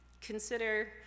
Consider